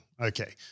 Okay